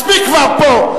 מספיק כבר פה.